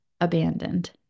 abandoned